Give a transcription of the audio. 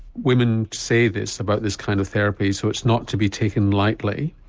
women say this about this kind of therapy so it's not to be taken lightly,